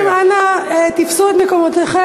חברים, אנא תפסו את מקומותיכם.